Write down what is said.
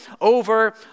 over